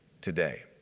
today